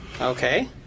Okay